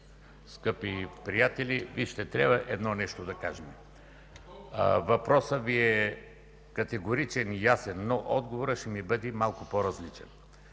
скъпи приятели! Вижте, трябва едно нещо да кажа. Въпросът Ви е категоричен и ясен, но отговорът ще бъде малко по-различен.